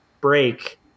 break